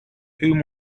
whom